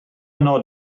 yno